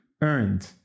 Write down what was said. earned